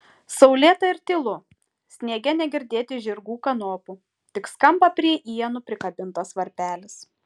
saulėta ir tylu sniege negirdėti žirgų kanopų tik skamba prie ienų prikabintas varpelis